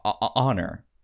honor